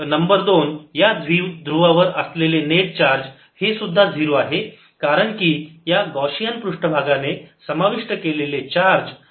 number 2 या द्विध्रुवावर असलेले नेट चार्ज हेसुद्धा 0 आहे कारण की या गौशियन पृष्ठभागा ने समाविष्ट केलेले चार्ज हे 0 आहे